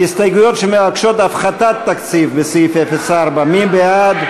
הסתייגויות שמבקשות הפחתת תקציב בסעיף 04, מי בעד?